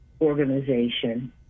Organization